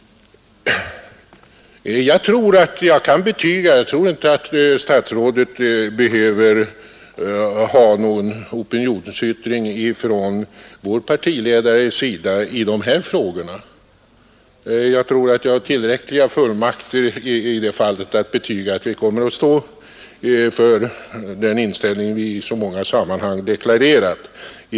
Herr Lundkvist behöver knappast något besked från vår partiledare, var han står i dessa frågor. Jag tror att jag har tillräckliga fullmakter att betyga, att då det gäller miljöpolitiken så kommer vi att stå för den inställning, vi i så många sammanhang har deklarerat.